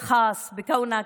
בהיותך חבר כנסת,